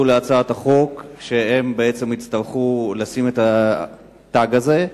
להצעת החוק שלפיה הן יצטרכו לשים את התג הזה,